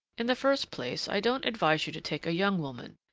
in the first place, i don't advise you to take a young woman.